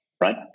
right